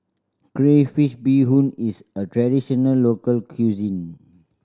crayfish beehoon is a traditional local cuisine